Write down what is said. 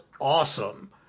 awesome